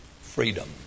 freedom